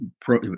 pro